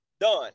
done